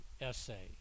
essay